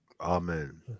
Amen